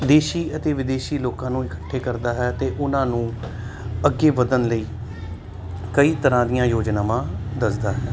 ਦੇਸ਼ੀ ਅਤੇ ਵਿਦੇਸ਼ੀ ਲੋਕਾਂ ਨੂੰ ਇਕੱਠੇ ਕਰਦਾ ਹੈ ਅਤੇ ਉਹਨਾਂ ਨੂੰ ਅੱਗੇ ਵਧਣ ਲਈ ਕਈ ਤਰ੍ਹਾਂ ਦੀਆਂ ਯੋਜਨਾਵਾਂ ਦੱਸਦਾ ਹੈ